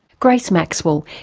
grace maxwell,